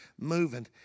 moving